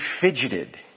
fidgeted